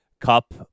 Cup